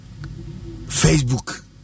Facebook